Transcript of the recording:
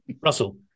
Russell